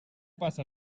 passa